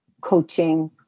coaching